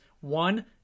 One